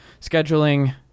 scheduling